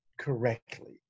correctly